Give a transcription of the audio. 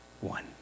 one